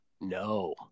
No